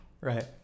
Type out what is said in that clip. Right